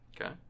Okay